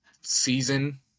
season